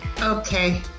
Okay